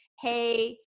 Hey